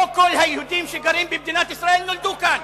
לא כל היהודים שגרים במדינת ישראל נולדו כאן.